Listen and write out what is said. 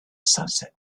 sunset